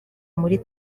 muri